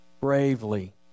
bravely